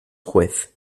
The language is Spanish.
juez